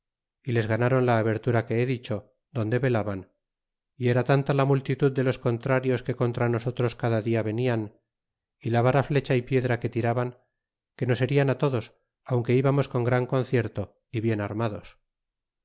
y les ganron la abertura que he dicho donde velaban y era tanta la multitud de los contrarios que contra nosotros cada dia venian y la vara flecha y piedra que tiraban que nos herian todos aunque íbamos con gran concierto y bien armados